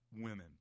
women